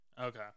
Okay